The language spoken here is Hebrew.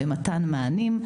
במתן מענים,